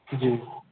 جی